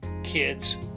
kids